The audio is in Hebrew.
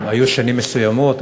היו שנים מסוימות,